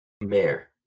mayor